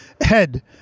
head